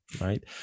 right